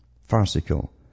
Farcical